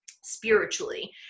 spiritually